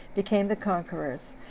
became the conquerors,